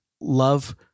love